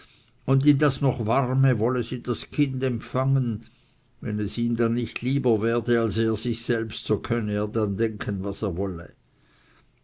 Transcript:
und in das noch warme wolle sie das kind empfangen wenn es ihm dann nicht lieber werde als er sich selbst so könne er dann denken was er wolle